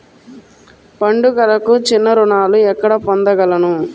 పండుగలకు చిన్న రుణాలు ఎక్కడ పొందగలను?